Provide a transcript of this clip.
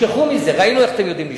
תשכחו מזה, ראינו איך אתם יודעים לשלוט.